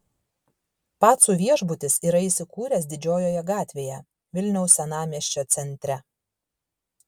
pacų viešbutis yra įsikūręs didžiojoje gatvėje vilniaus senamiesčio centre